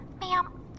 Ma'am